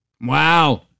Wow